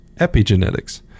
epigenetics